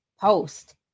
post